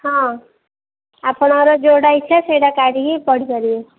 ହଁ ଆପଣଙ୍କର ଯେଉଁଟା ଇଚ୍ଛା ସେଇଟା କାଢ଼ିକି ପଢ଼ି ପାରିବେ